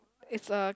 it's a